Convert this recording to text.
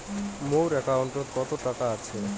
মোর একাউন্টত কত টাকা আছে?